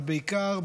אבל בעיקר,